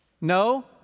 No